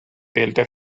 delta